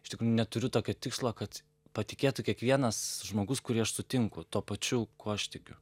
iš tik neturiu tokio tikslo kad patikėtų kiekvienas žmogus kurį aš sutinku tuo pačiu kuo aš tikiu